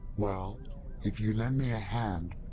well if you lend me a hand,